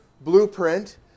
blueprint